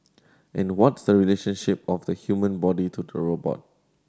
and what's the relationship of the human body to the robot